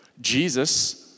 Jesus